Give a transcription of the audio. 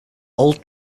old